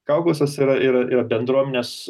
kaukasas yra ir yra ir bendruomenės